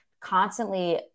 constantly